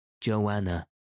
Joanna